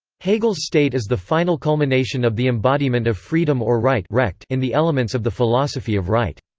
hegel's state is the final culmination of the embodiment of freedom or right right in the elements of the philosophy of right.